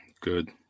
Good